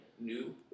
New